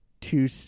two